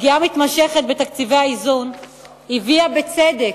הפגיעה המתמשכת בתקציבי האיזון הביאה, בצדק,